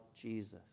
Jesus